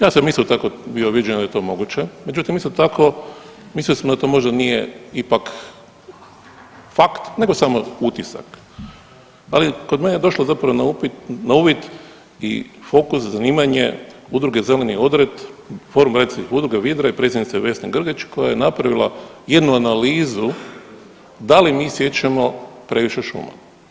Ja sam isto tako bio viđeno da je to moguće, međutim isto tako mislio sam da to možda nije ipak fakt nego samo utisak, ali kod mene je došlo zapravo na uvid i fokus zanimanje udruge Zeleni odred… [[Govornik se ne razumije]] udruge Vidre i predsjednice Vesne Grdić koja je napravila jednu analizu da li mi siječemo previše šuma.